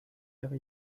ihre